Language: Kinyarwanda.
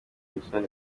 musoni